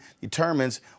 determines